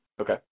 Okay